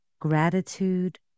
gratitude